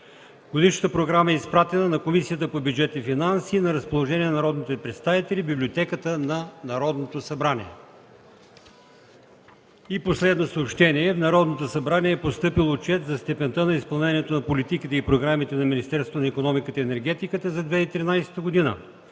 Годишната програма е изпратена на Комисията по бюджет и финанси и е на разположение на народните представители в Библиотеката на Народното събрание. В Народното събрание е постъпил Отчет за степента на изпълнението на политиките и програмите на Министерството на икономиката и енергетиката за 2013 г.